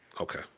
Okay